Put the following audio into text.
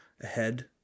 ahead